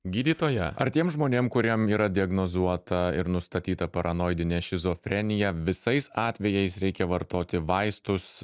gydytoja ar tiem žmonėm kuriem yra diagnozuota ir nustatyta paranoidinė šizofrenija visais atvejais reikia vartoti vaistus